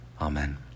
Amen